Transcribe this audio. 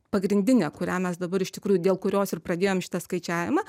pagrindinė kurią mes dabar iš tikrųjų dėl kurios ir pradėjom šitą skaičiavimą